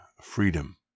freedom